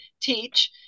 teach